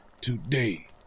Today